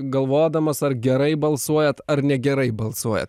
galvodamas ar gerai balsuojat ar negerai balsuojat